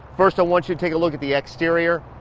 first i want you to take a look at the exterior.